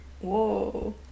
Whoa